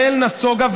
ישראל נסוגה,